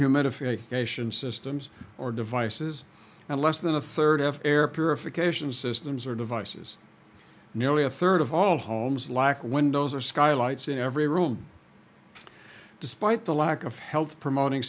dehumidification systems or devices and less than a third have air purification systems or devices nearly a third of all homes lack windows or skylights in every room despite the lack of health promoting